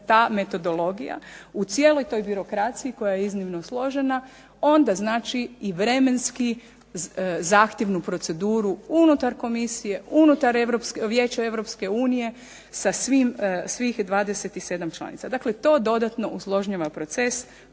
ta metodologija u cijeloj toj birokraciji koja je iznimno složena onda znači i vremenski zahtjevu proceduru unutar Komisije, unutar Vijeća Europske unije sa svih 27 članica, dakle to dodatno …/Govornica